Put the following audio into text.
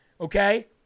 okay